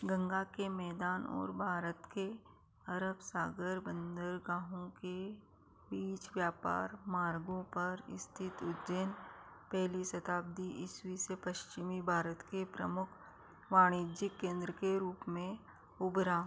गंगा के मैदान और भारत के अरब सागर बंदरगाहों के बीच व्यापार मार्गों पर स्थित उज्जैन पहली शताब्दी ईस्वीं से पश्चिमी भारत के प्रमुख वाणिज्यिक केंद्र के रूप में उभरा